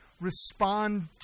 respond